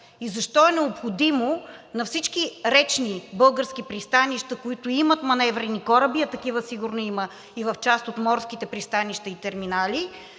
и защо е необходимо на всички речни български пристанища, които имат маневрени кораби, а такива сигурно има и в част от морските пристанища и терминали,